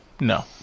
No